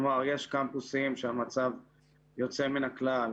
כלומר יש קמפוסים שהמצב יוצא מן הכלל,